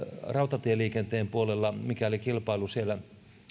rautatieliikenteen puolella mikäli kilpailu siellä